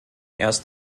erst